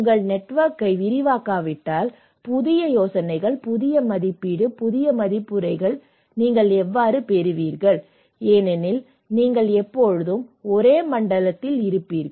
உங்கள் நெட்வொர்க்கை விரிவாக்காவிட்டால் புதிய யோசனைகள் புதிய மதிப்பீடு புதிய மதிப்புரைகளை நீங்கள் எவ்வாறு பெறுவீர்கள் ஏனெனில் நீங்கள் எப்போதும் ஒரே மண்டலத்தில் இருப்பீர்கள்